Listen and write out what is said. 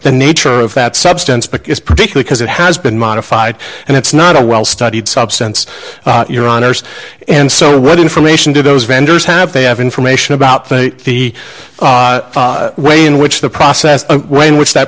the nature of that substance because particular because it has been modified and it's not a well studied substance your honour's and so what information do those vendors have they have information about the way in which the process in which that